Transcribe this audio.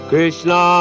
Krishna